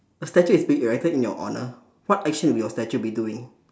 a statue is erected in your honour what action will your statue be doing